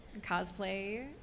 cosplay